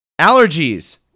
Allergies